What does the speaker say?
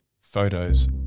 photos